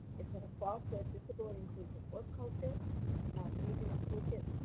it's going to foster a disability-inclusive work culture and using the toolkit.